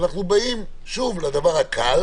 אנחנו באים שוב לדבר הקל